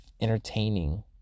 entertaining